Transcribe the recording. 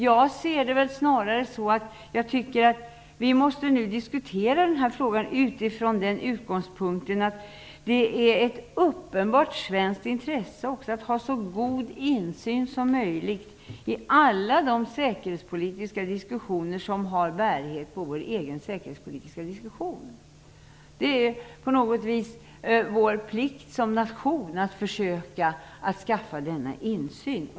Jag tycker snarare att vi nu måste diskutera frågan utifrån den utgångspunkten att det är ett uppenbart svenskt intresse att ha så god insyn som möjligt i alla de säkerhetspolitiska diskussioner som har bärighet på vår egen säkerhetspolitiska diskussion. Det är på något vis vår plikt som nation att försöka att skaffa denna insyn.